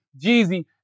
Jeezy